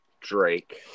Drake